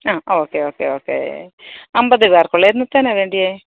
അ okay okay okay അമ്പതുപേര്ക്ക് ഉള്ളത് എന്നത്തേനാ വേണ്ടത്